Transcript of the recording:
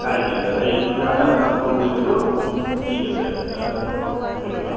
নাই নাই দাদা এইটোৰ কাৰণে আপোনাক ফোন কৰিছিলোঁ ঠিক আছে দাদা অহ্ ধন্যবাদ